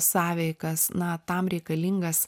sąveikas na tam reikalingas